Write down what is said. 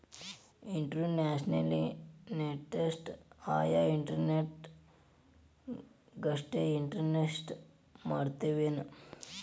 Institutional investors ಆಯಾ institute ಗಷ್ಟ invest ಮಾಡ್ತಾವೆನ್?